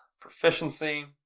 proficiency